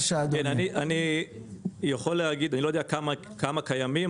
אני יכול להגיד אני לא יודע כמה קיימים,